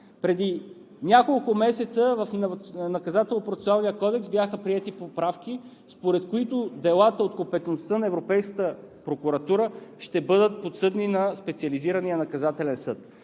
кодекс бяха приети поправки, според които делата от компетентността на Европейската прокуратура ще бъдат подсъдни на специализирания наказателен съд.